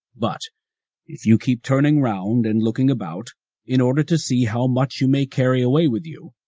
but if you keep turning round and looking about in order to see how much you may carry away with you,